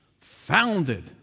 founded